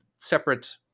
separate